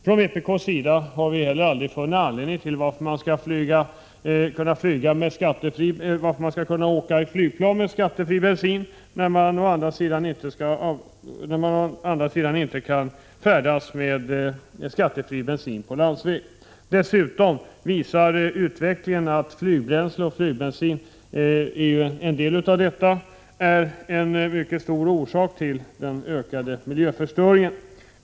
Från vpk:s sida har vi aldrig funnit någon anledning till att man skall kunna färdas i flygplan med skattefri bensin, när man inte kan åka med skattefri bensin på landsväg. Dessutom visar utvecklingen att flygbensin och flygbränsle i övrigt är en mycket stor orsak till den ökade miljöförstöringen.